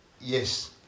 yes